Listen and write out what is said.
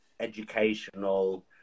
educational